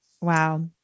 Wow